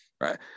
Right